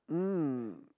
um